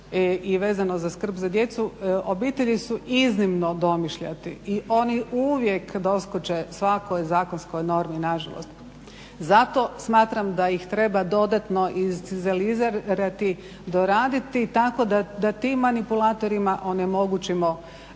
i vezano za skrb za djecu, …/Govornik se ne razumije./… su iznimno domišljati. I oni uvijek doskoče svakoj zakonskoj normi nažalost. Zato smatram da ih treba dodatno izrealizirati, doraditi tako da tim manipulatorima onemogućimo